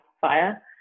fire